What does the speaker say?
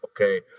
okay